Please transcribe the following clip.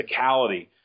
physicality